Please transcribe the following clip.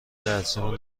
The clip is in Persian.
درسیمون